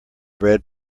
bread